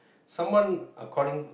someone according